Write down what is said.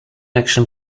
action